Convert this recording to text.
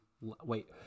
wait